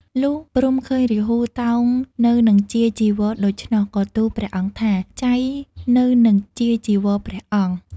លុះព្រហ្មឃើញរាហូតោងនៅនឹងជាយចីវរដូច្នោះ ក៏ទូលព្រះអង្គថា "ចៃនៅនឹងជាយចីវរព្រះអង្គ"។